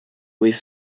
with